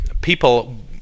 People